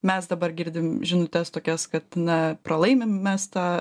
mes dabar girdim žinutes tokias kad na pralaimim mes tą